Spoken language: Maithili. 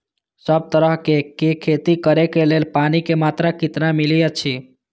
सब तरहक के खेती करे के लेल पानी के मात्रा कितना मिली अछि?